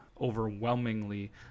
overwhelmingly